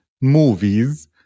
movies